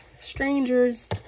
Strangers